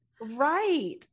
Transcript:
Right